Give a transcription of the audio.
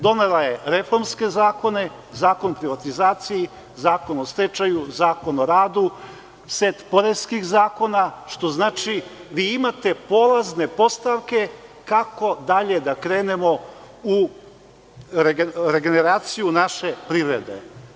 Donela je reformske zakone, Zakon o privatizaciji, Zakon o stečaju, Zakon o radu, set poreskih zakona, što znači da vi imate polazne postavke kako dalje da krenemo u regeneraciju naše privrede.